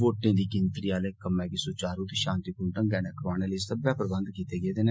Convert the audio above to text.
वोटें दी गिनतरी आले कम्में गी सुचारू ते शांतिपूर्ण ढंगै नै करोआने लेई सब्बै प्रबंघ कीते गेदे न